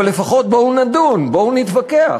אבל לפחות בואו נדון, בואו נתווכח.